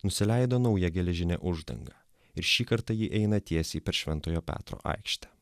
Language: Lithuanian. nusileido nauja geležinė uždanga ir šį kartą ji eina tiesiai per šventojo petro aikštę